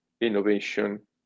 innovation